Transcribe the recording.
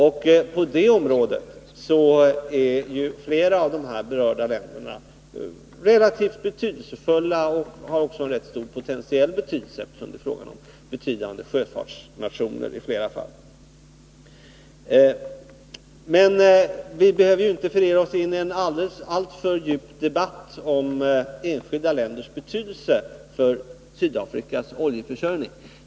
Och på det området är ju fler av de här berörda länderna relativt betydelsefulla och har också en rätt stor potentiell betydelse, eftersom det i flera fall är fråga om betydande sjöfartsnationer. Men vi behöver inte förirra oss in i en alltför djup debatt om enskilda länders betydelse för Sydafrikas oljeförsörjning.